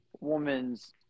woman's